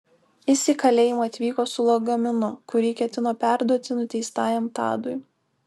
jis į kalėjimą atvyko su lagaminu kuri ketino perduoti nuteistajam tadui